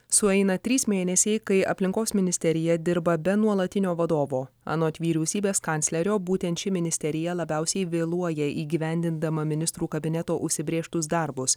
sueina trys mėnesiai kai aplinkos ministerija dirba be nuolatinio vadovo anot vyriausybės kanclerio būtent ši ministerija labiausiai vėluoja įgyvendindama ministrų kabineto užsibrėžtus darbus